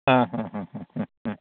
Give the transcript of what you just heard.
ആ ഹ് ഹ് ഹ് ഹ്